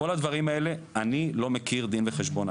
כול הדברים האלה אני לא מכיר דין וחשבון,